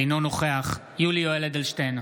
אינו נוכח יולי יואל אדלשטיין,